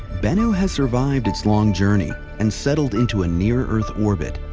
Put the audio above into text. bennu has survived its long journey and settled into a near-earth orbit,